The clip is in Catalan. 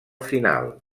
final